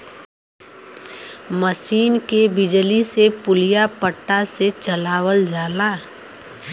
मसीन के बिजली से पुलिया पट्टा से चलावल जाला